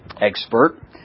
expert